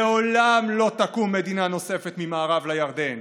לעולם לא תקום מדינה נוספת ממערב לירדן.